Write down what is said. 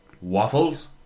waffles